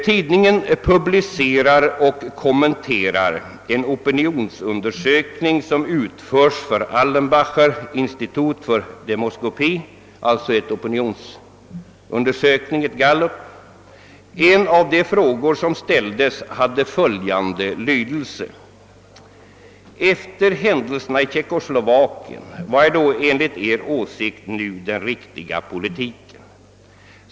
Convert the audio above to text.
Tidningen publicerar och kommenterar en opinionseller gallupundersökning som utförts av Allensbacher Institut för Demoskopie. En av de frågor som ställdes hade följande lydelse: Vilken är efter händelserna i Tjeckoslovakien den enligt er åsikt nu riktiga politiken?